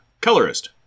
Colorist